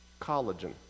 collagen